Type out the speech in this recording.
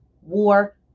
war